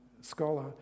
scholar